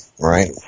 right